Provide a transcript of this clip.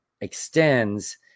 extends